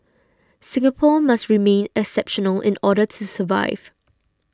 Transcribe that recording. Singapore must remain exceptional in order to survive